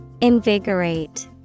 Invigorate